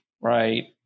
right